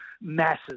masses